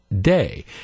Day